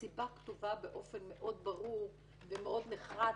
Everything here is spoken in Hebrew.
הסיבה כתובה באופן מאוד ברור ומאוד נחרץ,